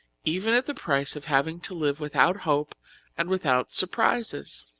even at the price of having to live without hope and without surprises?